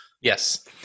Yes